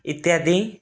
ଇତ୍ୟାଦି